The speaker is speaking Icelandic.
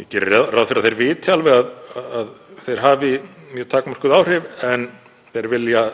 Ég geri ráð fyrir að þeir viti alveg að þeir hafi mjög takmörkuð áhrif en þeir vilja